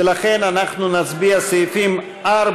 ולכן אנחנו נצביע על סעיפים 4